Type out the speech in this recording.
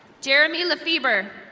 jeremy lafever.